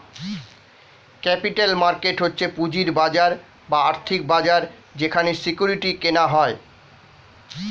capital market হচ্ছে পুঁজির বাজার বা আর্থিক বাজার যেখানে সিকিউরিটি কেনা হয়